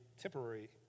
temporary